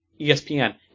ESPN